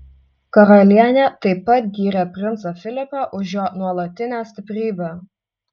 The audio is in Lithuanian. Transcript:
karalienė taip pat gyrė princą filipą už jo nuolatinę stiprybę